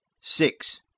Six